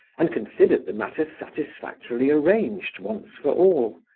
and considered the matter satisfactorily arranged once for all.